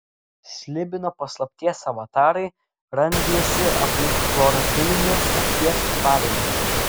slibino paslapties avatarai rangėsi aplink chlorofilinės akies tvarinius